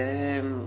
um